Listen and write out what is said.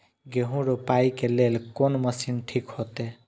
गेहूं रोपाई के लेल कोन मशीन ठीक होते?